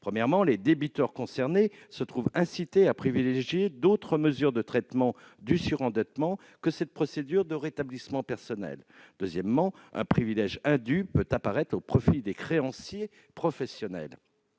Premièrement, les débiteurs concernés se trouvent incités à privilégier d'autres mesures de traitement du surendettement que cette procédure de rétablissement personnel. Deuxièmement, un privilège indu peut apparaître au profit des créanciers professionnels.